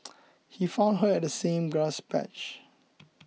he found her at the same grass patch